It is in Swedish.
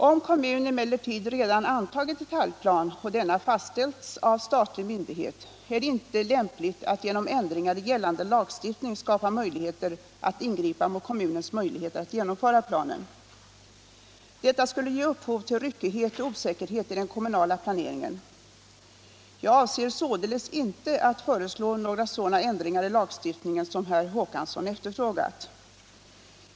Om kommun emellertid redan antagit detaljplan och denna fastställts av statlig myndighet, är det inte lämpligt att genom ändringar i gällande lagstiftning skapa möjligheter att ingripa mot kommunens möjligheter att genomföra planen. Detta skulle ge upphov till ryckighet och osäkerhet i den kommunala planeringen. Jag avser således inte att föreslå några sådana ändringar i lagstiftningen som herr Håkansson efterfrågat.